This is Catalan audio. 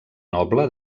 noble